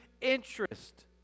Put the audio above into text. interest